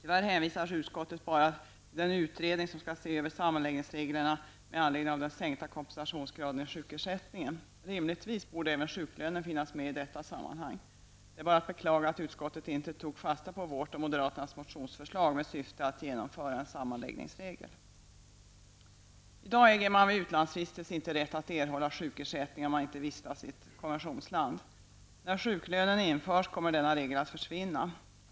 Tyvärr hänvisar utskottet bara till den utredning som skall se över sammanläggningsreglerna med anledning av den sänkta kompensationsgraden i sjukersättningen. Rimligtvis borde även sjuklönen finnas med i detta sammanhang. Det är bara att beklaga att utskottet inte tog fasta på vårt och moderaternas motionsförslag med syfte att införa en sammanläggningsregel. I dag äger man vid utlandsvistelse inte rätt att erhålla sjukersättning om man inte vistas i ett konventionsland. När sjuklönen införs kommer denna regel att försvinna.